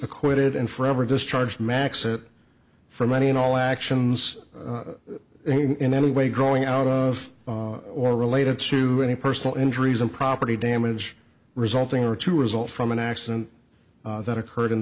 acquitted and forever discharged max it from any and all actions in any way growing out of or related to any personal injuries and property damage resulting or to result from an accident that occurred in